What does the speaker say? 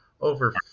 over